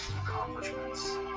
accomplishments